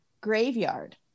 graveyard